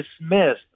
dismissed